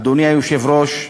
אדוני היושב-ראש,